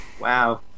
Wow